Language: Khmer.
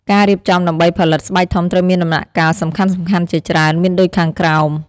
ការរៀបចំដើម្បីផលិត ស្បែកធំ ត្រូវមានដំណាក់កាលសំខាន់ៗជាច្រើន មានដូចខាងក្រោម។